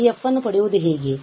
ಈ f ಅನ್ನು ಪಡೆಯುವುದು ಹೇಗೆ